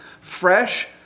fresh